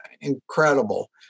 incredible